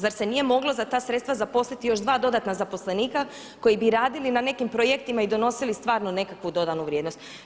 Zar se nije moglo za ta sredstva zaposliti još dva dodatna zaposlenika koji bi radili na nekim projektima i donosili stvarnu nekakvu dodanu vrijednost?